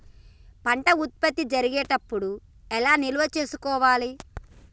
పంట ఉత్పత్తి జరిగేటప్పుడు ఎలా నిల్వ చేసుకోవాలి?